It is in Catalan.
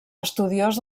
estudiós